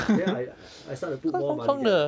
then I I start to put more money there